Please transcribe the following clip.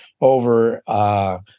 over